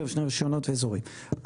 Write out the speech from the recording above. יותר משני רישיונות ואזורים,